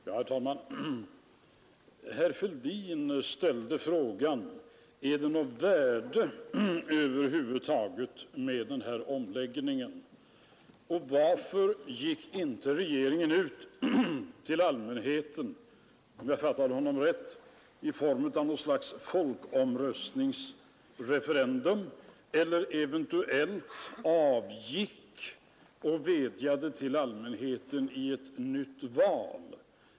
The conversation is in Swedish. Herr talman! Herr Fälldin ställde frågan om det över huvud taget är något värde med skatteomläggningen och undrade varför inte regeringen innan den lade fram skatteförslaget vände sig till allmänheten genom — om jag fattade honom rätt — något slags referendum eller alternativt avgick och vädjade till allmänheten i ett nytt val.